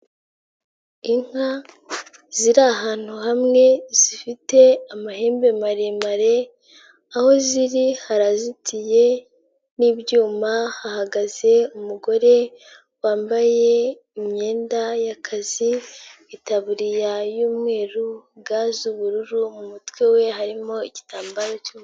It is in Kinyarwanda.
Inka ziri ahantu hamwe zifite amahembe maremare, aho ziri harazitiye n'ibyuma hahagaze umugore wambaye imyenda y'akazi, itaburiya y'umweru, ga z'ubururu mu mutwe we harimo igitambaro cy'umu.